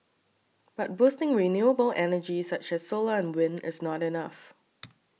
but boosting renewable energy such as solar and wind is not enough